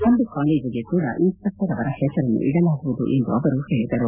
ಒಂದು ಕಾಲೇಜಗೆ ಕೂಡಾ ಇನ್ಸ್ಪೆಕ್ಷರ್ ಅವರ ಹೆಸರನ್ನು ಇಡಲಾಗುವುದು ಎಂದು ಅವರು ಹೇಳಿದರು